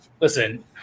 listen